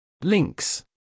Links